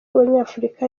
abanyafurika